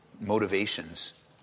motivations